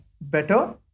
better